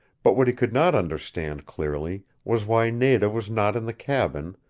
but what he could not understand clearly was why nada was not in the cabin,